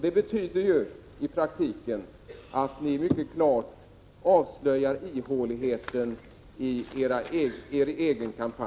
Det betyder i praktiken att ni mycket klart avslöjar ihåligheten i er egen kampanj.